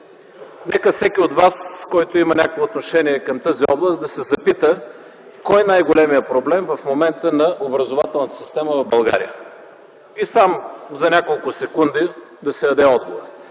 Нека всеки от вас, който има някакво отношение към тази област, да се запита кой е най-големият проблем в момента на образователната система в България – и сам за няколко секунди да си даде отговор.